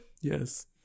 Yes